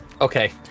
Okay